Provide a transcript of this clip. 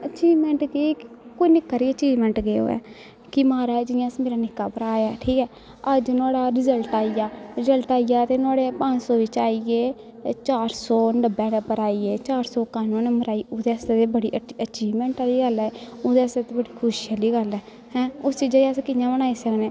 achievement केह् कोई निक्की हारी अचीवमैंट गै होऐ कि म्हाराज जि'यां मेरा निक्का भ्राऽ ऐ ठीक ऐ अज्ज नुआड़ा रिजल्ट आई गेआ रिजल्ट आई गेआ ते नुआड़े पंज सौ बिच्चा आई गे चार सौ नब्बे नम्बर आई गे चार सौ कानुए नम्बर आई गे ओह्दे आस्तै ते बड़ी अची अचीवमैंट आह्ली गल्ल ऐ एह् ओह्दे आस्तै ते बड़ी खुशी आह्ली गल्ल ऐ हैं उस चीजा गी अस कियां मनाई सकने